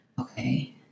Okay